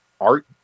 art